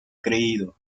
creído